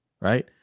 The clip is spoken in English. right